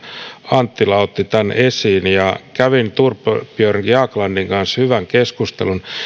anttila ottivat tämän esiin kävin thorbjörn jaglandin kanssa hyvän keskustelun